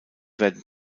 werden